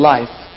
Life